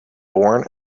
born